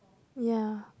ya